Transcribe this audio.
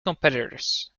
competitors